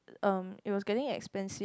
um it was getting expensive